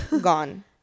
Gone